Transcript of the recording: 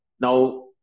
Now